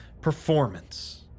performance